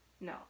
No